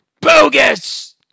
Bogus